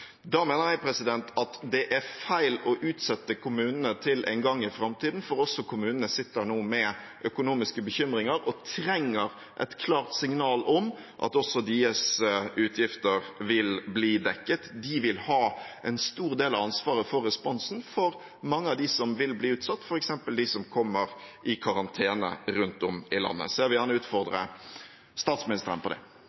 Da mener jeg det er feil å utsette kommunene til en gang i framtiden, for også kommunene sitter nå med økonomiske bekymringer og trenger et klart signal om at også deres utgifter vil bli dekket. De vil ha en stor del av ansvaret for responsen for mange av dem som vil bli utsatt, f.eks. de som kommer i karantene rundt om i landet. Så jeg vil gjerne utfordre